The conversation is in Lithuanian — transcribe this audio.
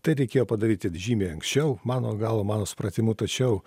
tai reikėjo padaryti žymiai anksčiau mano galva mano supratimu tačiau